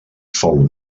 fou